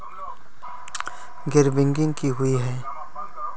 गैर बैंकिंग की हुई है?